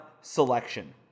selection